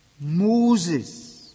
Moses